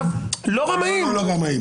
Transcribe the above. לא רמאים.